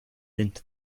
into